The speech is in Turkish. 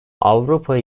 avrupa